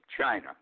China